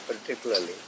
particularly